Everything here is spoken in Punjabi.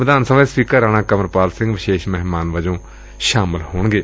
ਵਿਧਾਨ ਸਭਾ ਦੇ ਸਪੀਕਰ ਰਾਣਾ ਕੰਵਰ ਪਾਲ ਸਿੰਘ ਵਿਸ਼ੇਸ਼ ਮਹਿਮਾਨ ਵੱਜੋ ਸ਼ਾਮਲ ਹੋਣਗੇ